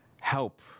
help